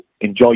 enjoy